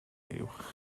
uwch